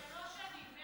שלוש שנים.